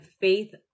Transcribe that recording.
faith